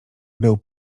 był